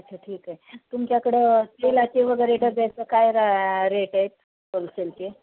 अच्छा ठीक आहे तुमच्याकडं तेलाचे वगैरे डबे आहेत काय रा रेट आहेत होलसेलचे